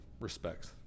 respects